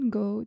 go